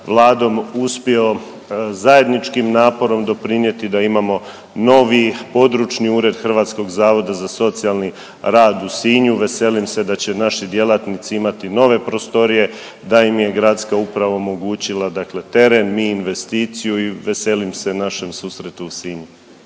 Vladom uspio zajedničkim naporom doprinjeti da imamo novi područni ured Hrvatskog zavoda za socijalni rad u Sinju, veselim se da će naši djelatnici imati nove prostorije, da im je gradska uprava omogućila dakle teren, mi investiciju i veselim se našem susretu u Sinju.